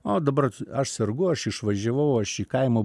o dabar aš sergu aš išvažiavau aš į kaimą